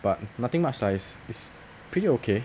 but nothing much lah it's it's pretty okay